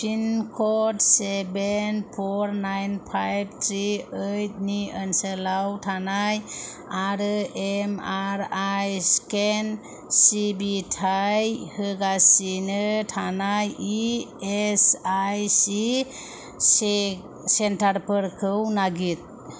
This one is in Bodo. पिनक'ड seven four nine five three ओइटनि ओनसोलाव थानाय आरो एम आर आइ स्केन सिबिथाय होगासिनो थानाय इ एस आइ सि सेन्टारफोरखौ नागिर